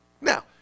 Now